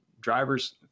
drivers